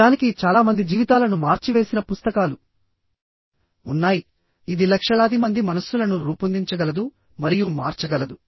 నిజానికిచాలా మంది జీవితాలను మార్చివేసిన పుస్తకాలు ఉన్నాయిఇది లక్షలాది మంది మనస్సులను రూపొందించగలదు మరియు మార్చగలదు